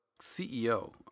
CEO